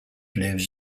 lives